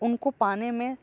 उनको पाने में